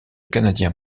canadien